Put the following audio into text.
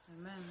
Amen